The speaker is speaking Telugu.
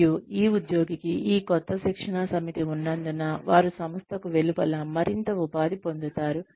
మరియు ఈ ఉద్యోగికి ఈ కొత్త శిక్షణా సమితి ఉన్నందున వారు సంస్థకు వెలుపల మరింత ఉపాధి పొందుతారు